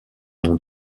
noms